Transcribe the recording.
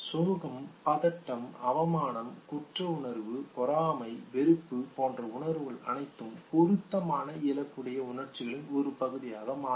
சோகம் பதட்டம் அவமானம் குற்றவுணர்வு பொறாமை வெறுப்பு போன்ற உணர்வுகள் அனைத்தும் பொருத்தமான இலக்குடைய உணர்ச்சிகளின் ஒரு பகுதியாக மாறும்